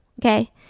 Okay